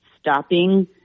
stopping